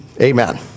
amen